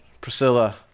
Priscilla